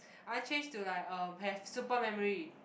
I want change to like uh have super memory